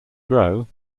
grow